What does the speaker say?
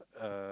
uh